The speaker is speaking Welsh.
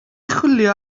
chwilio